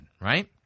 right